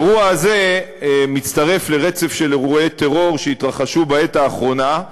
האירוע הזה מצטרף לרצף של אירועי טרור שהתרחשו בעת האחרונה.